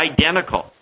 identical